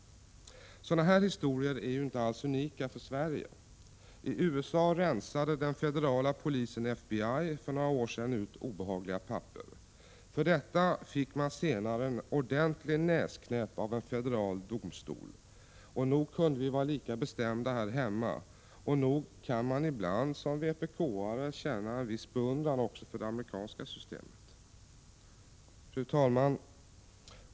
Sådana här historier är inte alls unika för Sverige. I USA rensade den federala polisen FBI för några år sedan ut obehagliga papper. För detta fick FBI senare en ordentlig näsknäpp av en federal domstol. Nog kunde vi vara lika bestämda här hemma. Och nog kan man som vpk-are ibland känna viss beundran också för det amerikanska systemet. Fru talman!